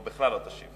או בכלל לא תשיב.